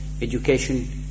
Education